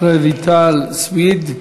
רויטל סויד.